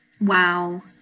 Wow